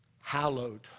hallowed